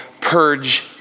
Purge